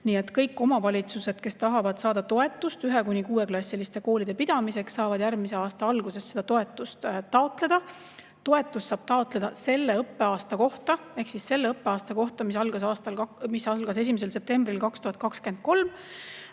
kõik omavalitsused, kes tahavad saada toetust 1–6-klassiliste koolide pidamiseks, saavad järgmise aasta alguses seda toetust taotleda. Toetust saab taotleda selle õppeaasta kohta ehk 1. septembril 2023